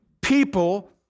people